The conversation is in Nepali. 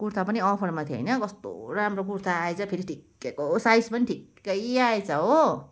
कुर्था पनि अफरमा थियो होइन कस्तो राम्रो कुर्था आएछ फेरि ठिक्कैको साइज पनि ठिक्कै आएछ हो